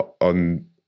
on